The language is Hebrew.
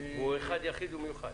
והוא אחד, יחיד ומיוחד,